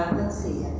let's see,